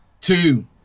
two